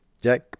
Jack